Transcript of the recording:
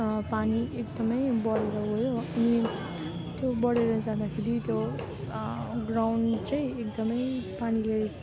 पानी एकदमै बढेर गयो अनि त्यो बढेर जाँदाखेरि त्यो ग्राउन्ड चाहिँ एकदमै पानीले